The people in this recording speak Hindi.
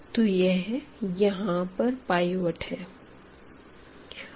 तो यह यहाँ पर पाइवट है